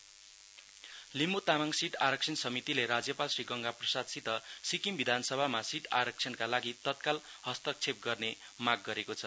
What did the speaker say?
LT seat demand Limbu Tamang seat आरक्षण समितिले राज्यपाल श्री गंगा प्रसादसित सिक्किम विधानसभामा सीट आरक्षणका लागि त्तकाल हस्तक्षेप गर्ने माग गरेको छ